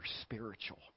spiritual